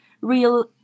real